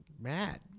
mad